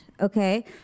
Okay